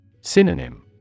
Synonym